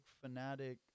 fanatic